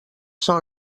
són